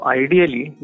ideally